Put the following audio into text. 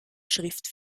schrift